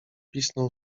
pisnął